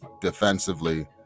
defensively